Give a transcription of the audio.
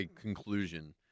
conclusion